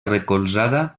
recolzada